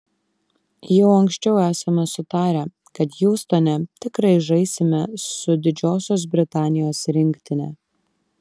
jau anksčiau esame sutarę kad hjustone tikrai žaisime su didžiosios britanijos rinktine